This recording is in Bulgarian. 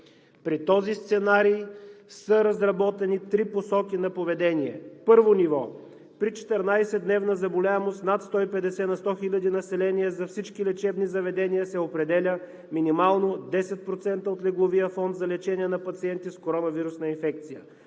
При този сценарий са разработени три посоки на поведение: Първо ниво: При 14-дневна заболяемост над 150 на 100 хиляди население за всички лечебни заведения се определя минимално 10% от легловия фонд за лечение на пациенти с коронавирусна инфекция.